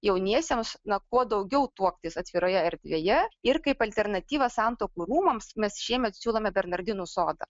jauniesiems na kuo daugiau tuoktis atviroje erdvėje ir kaip alternatyvą santuokų rūmams mes šiemet siūlome bernardinų sodą